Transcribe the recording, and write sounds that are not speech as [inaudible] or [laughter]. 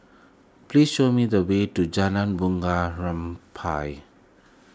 [noise] please show me the way to Jalan Bunga Rampai